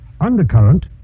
Undercurrent